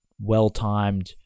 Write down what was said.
well-timed